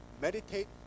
meditate